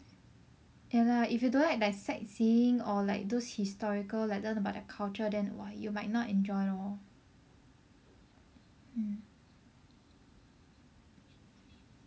ya lah if you don't like like sightseeing or like those historical like learn about their culture then !wah! you might not enjoy lor mm